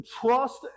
trust